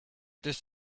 this